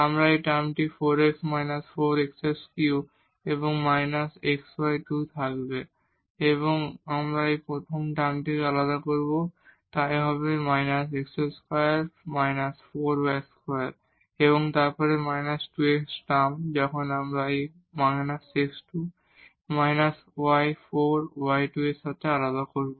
আবার এই টার্মটি 4 x − 4 x3 এবং 2 থাকবে এবং আমরা এই প্রথম টার্মকে আলাদা করব তাই যা হবে − x2−4 y2 এবং তারপর −2 x টার্ম যখন আমরা এই −x2−4 y2 কে আলাদা করব